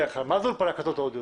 אולפן הקלטות אודיו?